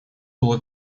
было